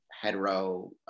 hetero